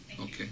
Okay